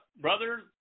Brother